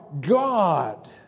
God